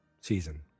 season